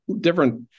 different –